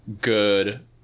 good